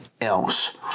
else